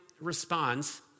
responds